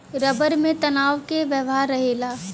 rubber में तनाव क व्यवहार रहेला